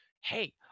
hey